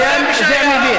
אבל זה היה מביך, זה היה מביך.